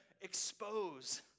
expose